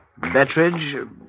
Betridge